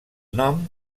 nom